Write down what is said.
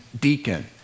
deacon